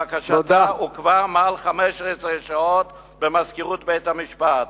בקשתה עוכבה יותר מ-15 שעות במזכירות בית-המשפט.